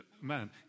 man